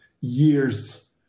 years